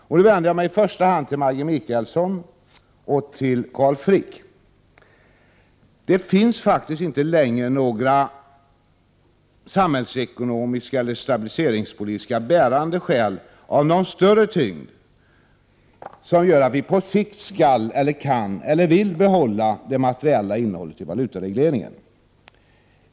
Och nu vänder jag mig först till Maggi Mikaelsson och Carl Frick. Det finns faktiskt inte längre några samhällsekonomiska eller stabiliseringspolitiska bärande skäl, av någon större tyngd, som gör att vi på sikt kan eller vill bibehålla det materiella innehållet i valutaregleringen.